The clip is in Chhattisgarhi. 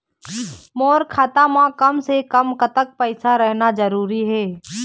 मोर खाता मे कम से से कम कतेक पैसा रहना जरूरी हे?